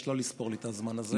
אני מבקש לא לספור לי את הזמן הזה.